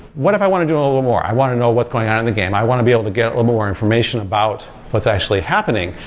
what if i want to do a little more? i want to know what's going on in the game. i want to be able to get a little more information about what's actually happening.